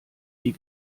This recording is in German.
die